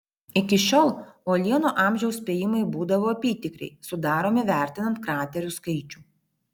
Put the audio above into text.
iki šiol uolienų amžiaus spėjimai būdavo apytikriai sudaromi vertinant kraterių skaičių